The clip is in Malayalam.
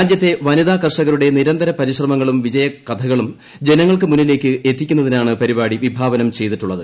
രാജ്യത്തെ വനിതാ കർഷകരുടെ നിരന്തര പരിശ്രമങ്ങളും വിജയ കഥകളും ജനങ്ങൾക്കുമുന്നിലേക്ക് എത്തിയ്ക്കുന്നതിനാണ് പരിപാടി വിഭാവനം ചെയ്തിട്ടുള്ളത്